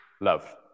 love